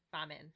famine